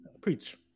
Preach